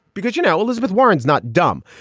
because you know elizabeth warren's not dumb.